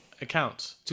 accounts